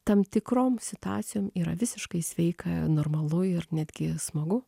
tam tikroms situacijoms yra visiškai sveika normalu ir netgi smagu